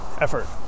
effort